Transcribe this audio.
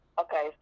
Okay